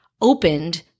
opened